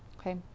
Okay